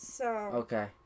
Okay